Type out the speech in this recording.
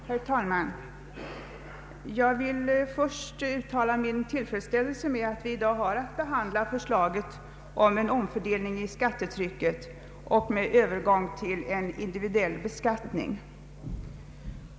Herr talman! Jag vill först uttala min tillfredsställelse med att vi i dag har att behandla förslaget till en omfördelning av skattetrycket och en övergång till en individuell beskattning.